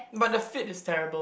but the fit is terrible